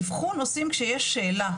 אבחון עושים כשיש שאלה,